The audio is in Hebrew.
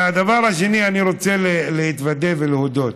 הדבר השני, אני רוצה להתוודות ולהודות: